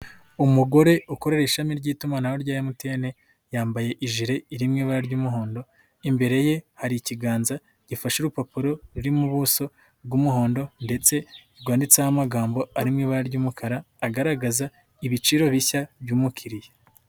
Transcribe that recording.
Umugore ukorera ishami ry'itumanaho rya MTN, yambaye ijire iri mu ibara ry'umuhondo, imbere ye hari ikiganza gifashe urupapuro rurimo ubuso bw'umuhondo ndetse rwanditseho amagambo arimo ibara ry'umukara, agaragaza ibiciro bishya by'umukiriya.